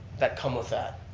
that come with that.